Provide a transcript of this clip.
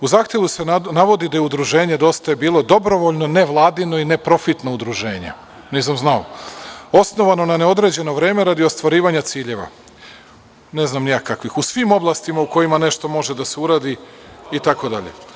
U zahtevu se navodi da je udruženje Dosta je bilo dobrovoljno, nevladino i neprofitno udruženje, nisam znao, osnovano na neodređeno vreme radi ostvarivanja ciljeva, ne znam ni ja kakvih, u svim oblastima u kojima nešto može da se uradi itd.